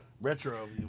retro